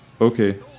Okay